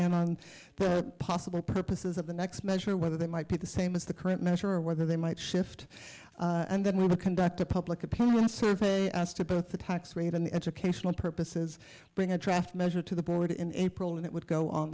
in on the possible purposes of the next measure whether that might be the same as the current measure or whether they might shift and then we will conduct a public opinion survey as to both the tax rate and the educational purposes bring a draft measure to the board in april and it would go on